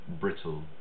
brittle